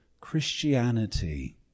Christianity